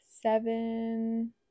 seven